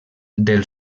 del